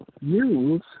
use